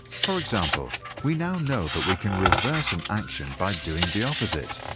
for example, we now know that we can reverse an action by doing the opposite.